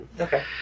Okay